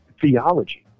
theology